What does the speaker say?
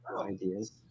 ideas